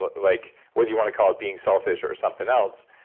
but like whether you want call it being selfish or something else.